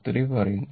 23 പറയുന്നു